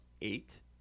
eight